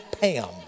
Pam